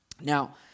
Now